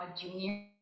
junior